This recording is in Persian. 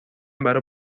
برا